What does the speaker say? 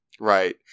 Right